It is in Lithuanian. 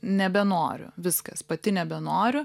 nebenoriu viskas pati nebenoriu